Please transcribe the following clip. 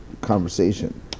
conversation